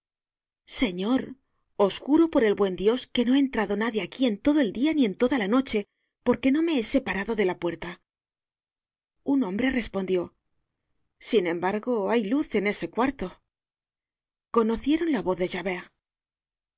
señor os juro por el buen dios que no ha entrado nadie aqui en todo el dia ni en toda la noche porque no me he separado de la puerta un hombre respondió sin embargo hay luz en ese cuarto conocieron la voz de